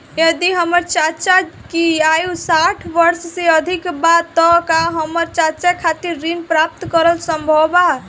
यदि हमर चाचा की आयु साठ वर्ष से अधिक बा त का हमर चाचा खातिर ऋण प्राप्त करल संभव बा